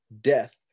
death